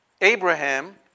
Abraham